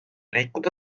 liikuda